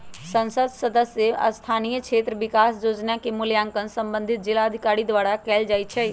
संसद सदस्य स्थानीय क्षेत्र विकास जोजना के मूल्यांकन संबंधित जिलाधिकारी द्वारा कएल जाइ छइ